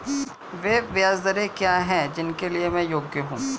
वे ब्याज दरें क्या हैं जिनके लिए मैं योग्य हूँ?